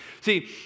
See